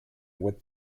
with